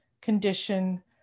condition